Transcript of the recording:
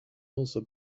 also